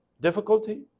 difficulty